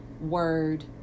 word